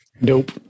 Nope